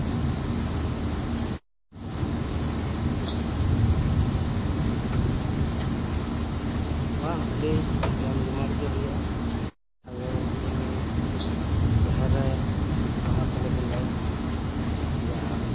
ᱵᱟᱝ ᱟᱹᱰᱤ ᱡᱚᱢᱼᱡᱚᱢᱟᱴ ᱜᱮ ᱦᱩᱭᱩᱜᱼᱟ ᱟᱞᱮ ᱱᱚᱜᱼᱚᱭ ᱡᱟᱦᱮᱨ ᱨᱮ ᱵᱟᱦᱟ ᱠᱚᱞᱮ ᱵᱚᱸᱜᱟᱭᱟ ᱡᱟᱦᱟᱸ